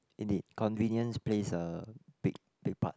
indeed convenience plays a big big part